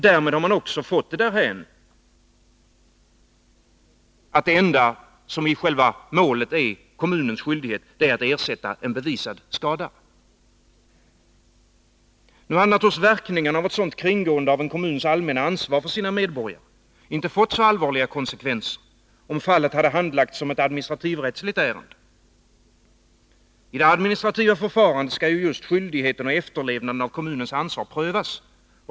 Därmed har man fått det därhän, att den i målet enda skyldigheten för kommunen är att ersätta bevisad skada. Verkningarna av ett sådant kringgående av en kommuns allmänna ansvar för sina medborgare hade emellertid inte fått lika allvarliga konsekvenser, om fallet hade handlagts som ett administrativrättsligt ärende. Vid administrativt förfarande skall ju just skyldigheten och efterlevnaden av kommunens ansvar prövas.